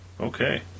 Okay